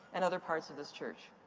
and other parts of this church?